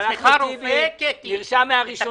אבל אחמד טיבי נרשם מהראשונים.